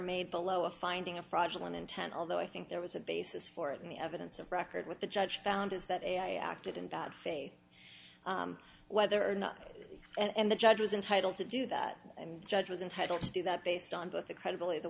made below a finding a fraudulent intent although i think there was a basis for it in the evidence of record with the judge found is that i acted in bad faith whether or not and the judge was entitle to do that and judge was entitled to do that based on both the credibility the